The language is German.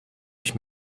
ich